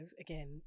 again